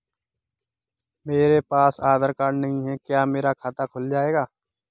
मेरे पास आधार कार्ड नहीं है क्या मेरा खाता खुल जाएगा?